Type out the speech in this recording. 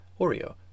Oreo